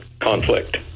conflict